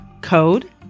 code